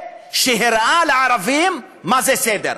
והראה לערבים מה זה סדר.